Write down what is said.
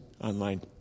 online